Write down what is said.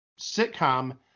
sitcom